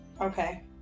Okay